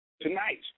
tonight